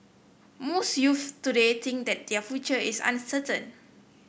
most youths today think that their future is uncertain